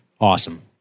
awesome